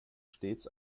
stets